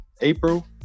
April